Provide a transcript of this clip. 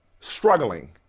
struggling